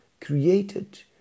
created